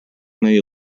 many